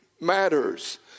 matters